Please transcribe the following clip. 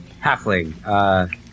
Halfling